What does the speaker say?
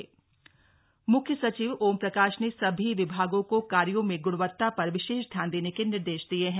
मुख्य सचिव मुख्य सचिव ओमप्रकाश ने सभी विभागों को कार्यों में ग्णवत्ता पर विशेष ध्यान देने के निर्देश दिये हैं